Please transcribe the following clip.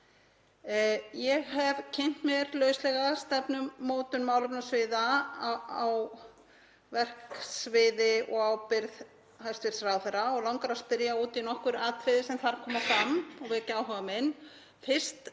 Ég hef kynnt mér lauslega stefnumótun málefnasviða á verksviði og ábyrgð hæstv. ráðherra og langar að spyrja út í nokkur atriði sem þar koma fram og vekja áhuga minn.